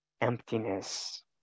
emptiness